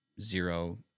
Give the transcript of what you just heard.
zero